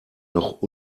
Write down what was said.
noch